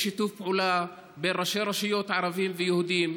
יש שיתוף פעולה בין ראשי רשויות, ערבים ויהודים,